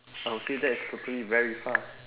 I will say that is totally very fast